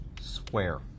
square